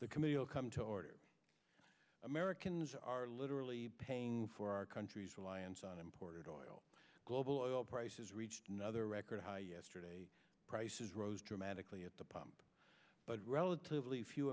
will come to order americans are literally again for our country's reliance on imported oil global oil prices reached another record high yesterday prices rose dramatically at the pump but relatively few